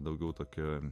daugiau tokia